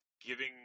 giving